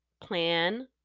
plan